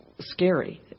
scary